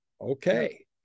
okay